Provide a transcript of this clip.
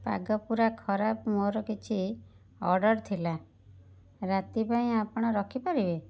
ପାଗ ପୁରା ଖରାପ ମୋର କିଛି ଅର୍ଡ଼ର୍ ଥିଲା ରାତି ପାଇଁ ଆପଣ ରଖିପାରିବେ